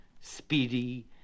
speedy